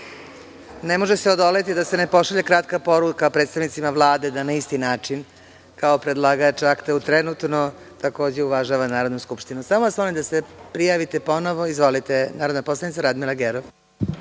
može se odoleti da se ne pošalje kratka poruka predstavnicima Vlade da na isti način, kao predlagač akta trenutno, takođe uvažava Narodnu skupštinu. Samo vas molim da se prijavite ponovo. Izvolite. Narodna poslanica Radmila Gerov.